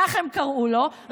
כך הם קראו לו,